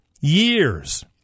years